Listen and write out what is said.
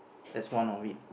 that's one of it